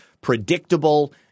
predictable